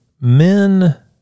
men